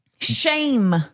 shame